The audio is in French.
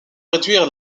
réduire